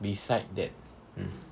beside that mm